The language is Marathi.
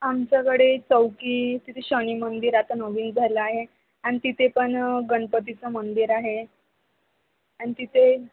आमच्याकडे चौकी तिथे शनी मंदिर आता नवीन झालं आहे आणि तिथे पण गणपतीचं मंदिर आहे आणि तिथे